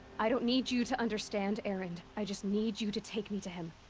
i don't need you to understand, erend, i just need you to take me to him.